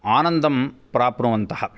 आनन्दं प्राप्नुवन्तः